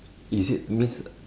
is it means